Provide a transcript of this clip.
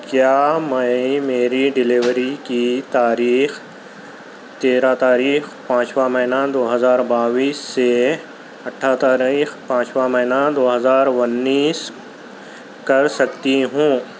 کیا میں میری ڈیلیوری کی تاریخ تیرہ تاریخ پانچواں مہینہ دو ہزار باییس سے اٹھارہ تاریخ پانچواں مہینہ دو ہزار اُنیس کر سکتی ہوں